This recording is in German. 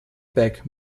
back